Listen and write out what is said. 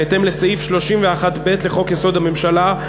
בהתאם לסעיף 31(ב) לחוק-יסוד: הממשלה,